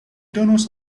donos